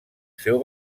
seu